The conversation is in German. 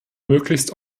möglichst